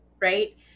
right